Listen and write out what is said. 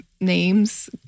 names